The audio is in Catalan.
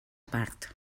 part